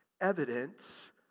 evidence